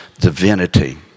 divinity